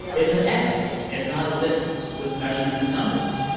yeah it's an essay. it's not a list with measurements and numbers.